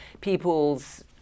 people's